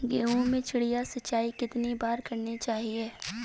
गेहूँ में चिड़िया सिंचाई कितनी बार करनी चाहिए?